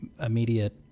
immediate